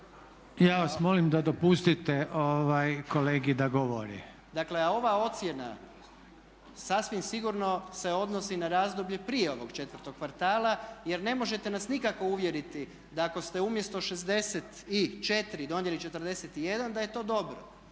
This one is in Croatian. Ja vas molim da dopustite kolegi da govori. **Jandroković, Gordan (HDZ)** Dakle, a ova ocjena sasvim sigurno se odnosi na razdoblje prije ovog četvrtog kvartala jer ne možete nas nikako uvjeriti da ako ste umjesto 64 donijeli 41 da je to dobro.